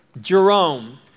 Jerome